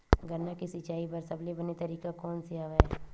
गन्ना के सिंचाई बर सबले बने तरीका कोन से हवय?